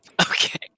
Okay